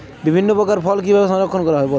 বিভিন্ন প্রকার ফল কিভাবে সংরক্ষণ করা হয়?